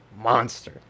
monster